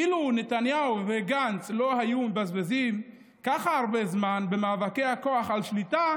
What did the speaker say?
אילו נתניהו וגנץ לא היו מבזבזים כל כך הרבה זמן במאבקי כוח על שליטה,